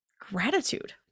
gratitude